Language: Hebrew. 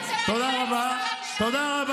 אצלנו אין כתבי אישום.